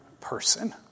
person